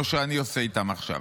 לא שאני עושה איתם עכשיו,